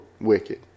wicked